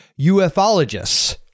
ufologists